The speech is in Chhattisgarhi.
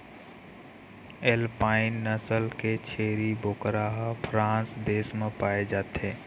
एल्पाइन नसल के छेरी बोकरा ह फ्रांस देश म पाए जाथे